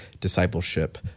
discipleship